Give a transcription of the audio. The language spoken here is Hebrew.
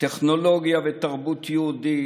טכנולוגיה ותרבות יהודית,